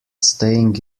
staying